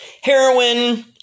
heroin